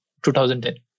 2010